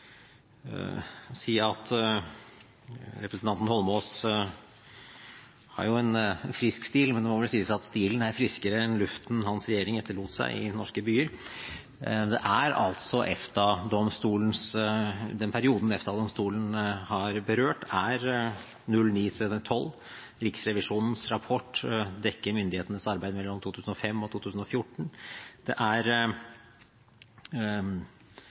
si at representanten Holmås har en frisk stil, men det må vel sies at stilen er friskere enn luften hans regjering etterlot seg i norske byer. Den perioden EFTA-domstolen har berørt, er 2009–2012. Riksrevisjonens rapport dekker myndighetenes arbeid mellom 2005 og 2014. Det er